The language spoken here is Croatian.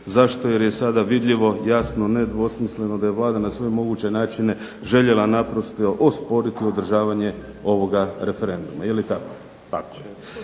Zašto? Jer je sada vidljivo jasno nedvosmisleno da je Vlada na sve moguće načine željela naprosto osporiti održavanje ovoga referenduma. Jeli tako? Tako